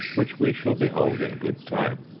which we shall behold in good time.